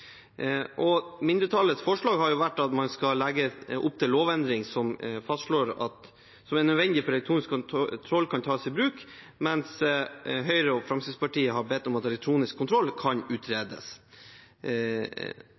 Mindretallets forslag har vært å legge opp til de lovendringer som er nødvendige for at elektronisk kontroll kan tas i bruk, mens Høyre og Fremskrittspartiet har bedt om at elektronisk kontroll kan